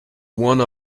one